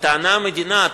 וטענה המדינה,